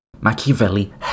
Machiavelli